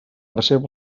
reserva